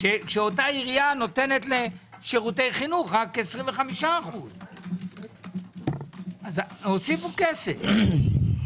שאותה עירייה נותנת לשירותי חינוך רק 25%. הוסיפו כסף.